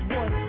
one